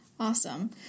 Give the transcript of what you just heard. Awesome